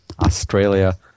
Australia